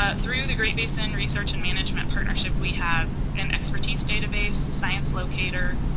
ah through the great basin research and management partnership we have an expertise database, science locator,